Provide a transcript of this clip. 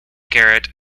garrett